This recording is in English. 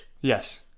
Yes